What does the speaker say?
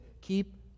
keep